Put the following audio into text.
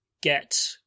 get